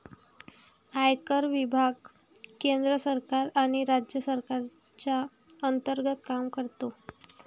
आयकर विभाग केंद्र सरकार आणि राज्य सरकारच्या अंतर्गत काम करतो